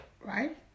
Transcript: Right